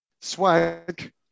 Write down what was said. swag